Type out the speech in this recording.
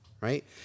right